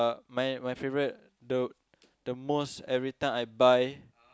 my my favourite the the most every time I buy